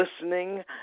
listening